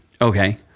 Okay